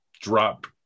drop –